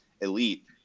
elite